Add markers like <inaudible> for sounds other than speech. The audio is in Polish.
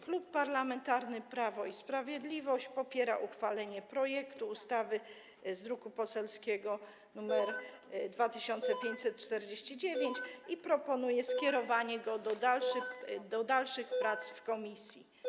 Klub Parlamentarny Prawo i Sprawiedliwość popiera uchwalenie projektu ustawy z druku <noise> nr 2549 i proponuje skierować go do dalszych prac w komisji.